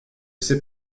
sait